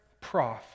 prof